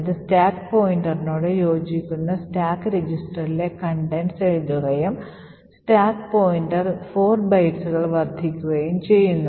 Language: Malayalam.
അത് സ്റ്റാക്ക് പോയിന്ററിനോട് യോജിക്കുന്ന സ്റ്റാക്ക് രജിസ്റ്ററിലെ contents എഴുതുകയും സ്റ്റാക്ക് പോയിന്റർ 4 ബൈറ്റുകൾ വർദ്ധിപ്പിക്കുകയും ചെയ്യുന്നു